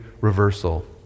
reversal